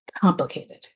complicated